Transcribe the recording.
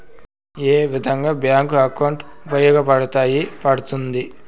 ఏ విధంగా bank account ఉపయోగపడతాయి పడ్తుంది